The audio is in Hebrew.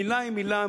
מלה היא מלה.